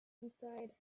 inside